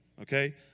okay